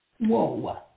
Whoa